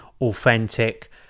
authentic